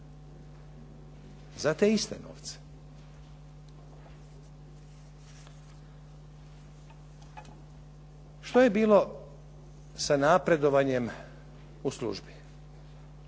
za te iste novce. Što je bilo sa napredovanjem u službi